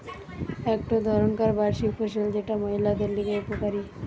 একটো ধরণকার বার্ষিক ফসল যেটা মহিলাদের লিগে উপকারী